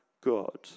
God